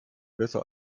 besser